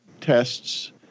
tests